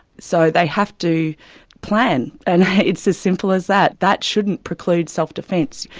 so they have to plan, and it's as simple as that. that shouldn't preclude self-defence.